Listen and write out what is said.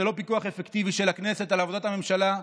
זה לא פיקוח אפקטיבי של הכנסת על עבודת הממשלה,